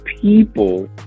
People